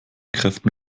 kräften